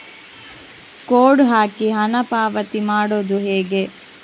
Code ಹಾಕಿ ಹಣ ಪಾವತಿ ಮಾಡೋದು ಹೇಗೆ?